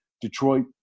Detroit